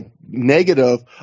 negative